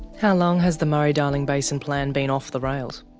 how long has the murray-darling basin plan been off the rails?